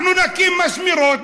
אנחנו נקים משמרות,